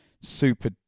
super